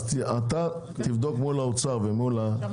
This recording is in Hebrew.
תבדוק מול האוצר- -- אבל